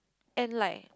and like